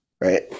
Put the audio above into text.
Right